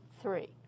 three